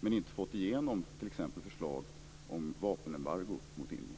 men inte fått igenom t.ex. förslag om vapenembargo mot Indien.